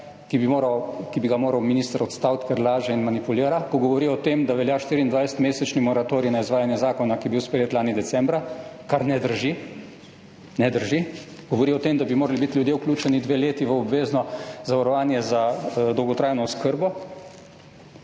ki bi ga moral minister odstaviti, ker laže in manipulira, ko govori o tem, da velja 24-mesečni moratorij na izvajanje zakona, ki je bil sprejet lani decembra. Kar ne drži. Ne drži. Govori o tem, da bi morali biti ljudje vključeni dve leti v obvezno zavarovanje za dolgotrajno oskrbo,